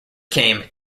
came